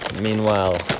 Meanwhile